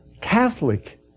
Catholic